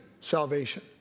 salvation